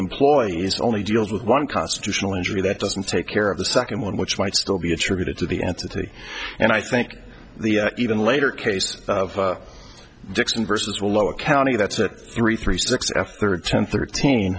employees only deals with one constitutional injury that doesn't take care of the second one which might still be attributed to the entity and i think the even later case of dixon versus will lower county that's a three three six after ten thirteen